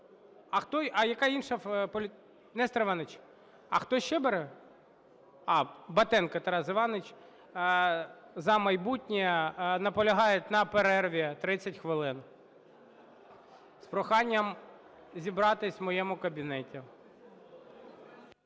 а хто ще бере? А, Батенко Тарас Іванович, "За майбутнє", наполягають на перерві 30 хвилин з проханням зібратися у моєму кабінеті.